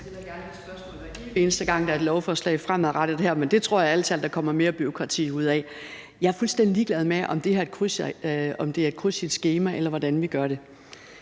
der fremadrettet er et lovforslag her, men det tror jeg ærlig talt der kommer mere bureaukrati ud af. Jeg er fuldstændig ligeglad med, om det er et kryds i et skema, eller hvordan vi gør det.